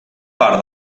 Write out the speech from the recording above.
part